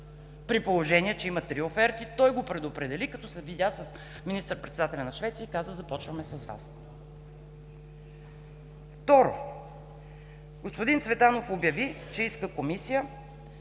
При положение, че има три оферти, той го предопредели, като се видя с министър-председателя на Швеция и каза: „Започваме с Вас“. Второ, господин Цветанов обяви, че иска комисия,